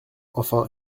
enfin